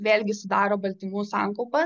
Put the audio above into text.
vėlgi sudaro baltymų sankaupas